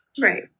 Right